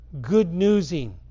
good-newsing